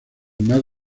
más